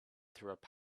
through